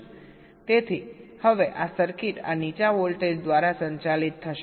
તેથી હવે આ સર્કિટ આ નીચા વોલ્ટેજ દ્વારા સંચાલિત થશે